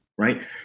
Right